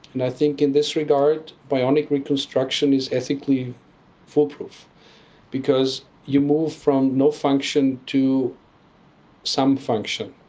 and i think in this regard bionic reconstruction is ethically foolproof because you move from no function to some function.